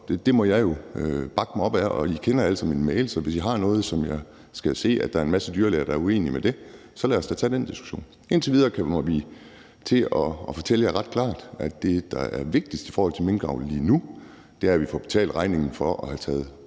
det må jeg jo læne mig op ad. I kender alle sammen min mailadresse, så hvis I har noget, jeg skal se, om, at der er en masse dyrlæger, der er uenige i det, så lad os da tage den diskussion. Indtil videre kommer vi til at fortælle jer ret klart, at det, der er vigtigst i forhold til minkavl lige nu, er, at vi får betalt regningen for at have taget